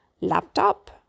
laptop